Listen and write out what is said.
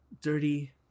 Dirty